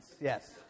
yes